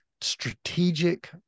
strategic